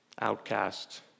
outcast